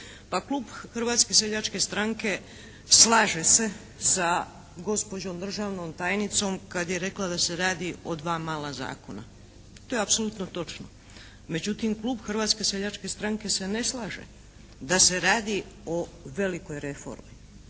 klub Hrvatske seljačke stranke slaže se sa gospođom državnom tajnicom kada je rekla da se radi o dva mala zakona, to je apsolutno točno. Međutim klub Hrvatske seljačke stranke se ne slaže da se radi o velikoj reformi.